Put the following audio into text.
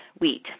wheat